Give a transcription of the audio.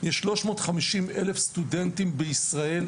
יש שלוש מאות חמישים אלף סטודנטים בישראל,